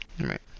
Right